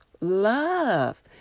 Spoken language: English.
Love